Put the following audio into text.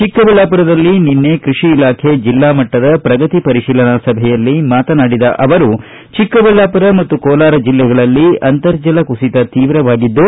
ಚಿಕ್ಕಬಳ್ಳಾಪುರದಲ್ಲಿ ನಿನ್ನೆ ಕೈಷಿ ಇಲಾಖೆ ಜಿಲ್ಲಾ ಮಟ್ಟದ ಪ್ರಗತಿ ಪರಿಶೀಲನಾ ಸಭೆಯಲ್ಲಿ ಮಾತನಾಡಿದ ಅವರು ಚಿಕ್ಕಬಳ್ಳಾಪುರ ಮತ್ತು ಕೋಲಾರ ಜಿಲ್ಲೆಗಳಲ್ಲಿ ಅಂತರ್ಜಲ ಕುಸಿತ ತೀವ್ರವಾಗಿದ್ದು